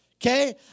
Okay